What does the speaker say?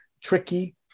tricky